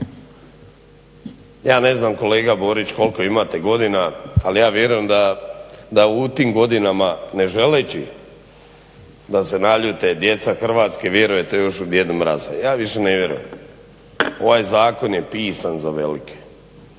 Ja ne znam kolega Borić koliko imate godina, ali ja vjerujem da u tim godinama ne želeći da se naljute djeca Hrvatske vjerujete još u Djeda Mraza. Ja više ne vjerujem. Ovaj zakon je pisan za velike,